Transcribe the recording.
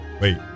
Wait